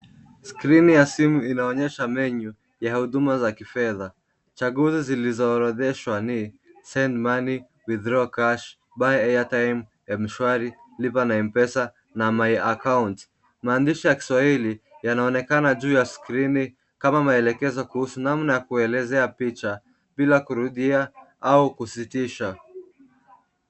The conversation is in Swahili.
Skrini ya simu inaonyesha menyu, ya huduma za kifedha. Chaguzi zilizorodheshwa ni: Send Money, Withdraw Cash, Buy Anytime, ya Mshwari, Lipa na M-Pesa, na My Account . Maandishi ya Kiswahili yanaonekana juu ya skrini, kama maelekezo kuhusu namna ya kuelezea picha, bila kurudia au kusitisha.